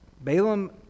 Balaam